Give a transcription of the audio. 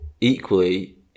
equally